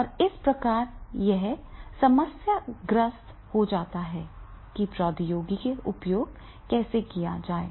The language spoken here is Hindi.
और इस प्रकार यह समस्याग्रस्त हो जाता है कि प्रौद्योगिकी का उपयोग कैसे किया जाए